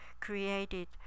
created